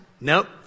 Nope